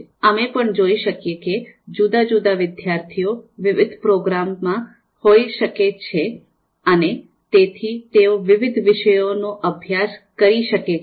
અમે પણ જોઈ શકીએ કે જુદા જુદા વિદ્યાર્થીઓ વિવિધ પ્રોગ્રામમાં હોઈ શકે છે અને તેથી તેઓ વિવિધ વિષયોનો અભ્યાસ કરી શકે છે